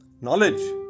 knowledge